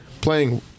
playing